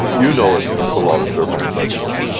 you know it's against the law to serve homosexuals.